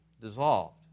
dissolved